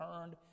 turned